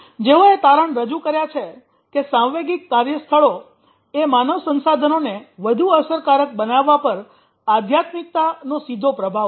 જેઓએ તારણો રજૂ કર્યા છે કે સાંવેગિક કાર્યસ્થળોં એ માનવ સંસાધનોને વધુ અસરકારક બનાવવા પર આધ્યાત્મિકતાનો સીધો પ્રભાવ છે